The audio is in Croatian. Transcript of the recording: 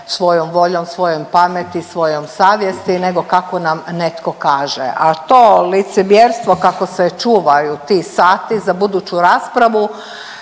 svojom voljom, svojom pameti, svojom savjesti, nego kako nam netko kaže, a to licemjerstvo kako se čuvaju ti sati za buduću raspravu,